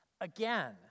Again